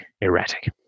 erratic